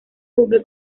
buque